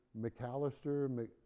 McAllister